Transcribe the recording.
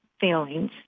failings